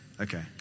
Okay